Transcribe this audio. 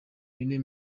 bine